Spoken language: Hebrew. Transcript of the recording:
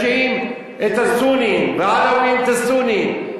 השיעים את הסונים, והעלאווים את הסונים.